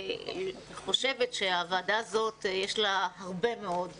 אני חושבת שלוועדה הזאת יש הרבה מאוד עבודה,